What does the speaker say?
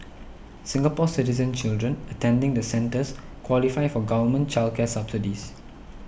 Singapore Citizen children attending the centres qualify for government child care subsidies